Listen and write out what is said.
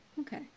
Okay